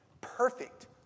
perfect